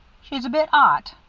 she's a bit ot,